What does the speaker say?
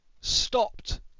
stopped